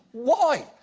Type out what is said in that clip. why?